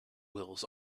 wills